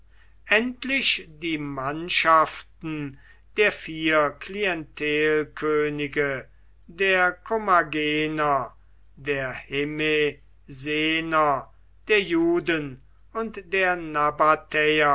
endlich die mannschaften der vier klientelkönige der kommagener der hemesener der juden und der